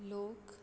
लोक